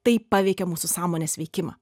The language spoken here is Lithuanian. tai paveikia mūsų sąmonės veikimą